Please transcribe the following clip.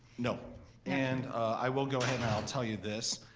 no and i will go ahead and i'll tell you this,